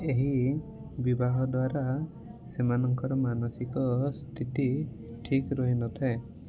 ଏହି ବିବାହ ଦ୍ୱାରା ସେମାନଙ୍କର ମାନସିକ ସ୍ଥିତି ଠିକ୍ ରହିନଥାଏ